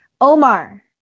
Omar